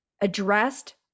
addressed